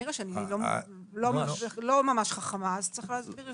כנראה שאני לא ממש חכמה אז צריך להסביר לי.